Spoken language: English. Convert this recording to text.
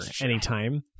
anytime